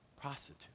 prostitute